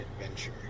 Adventure